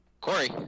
Corey